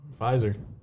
Pfizer